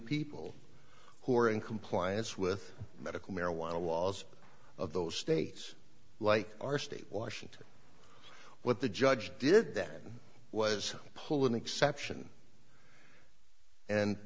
people who are in compliance with medical marijuana laws of those states like our state washington what the judge did that was pull an exception and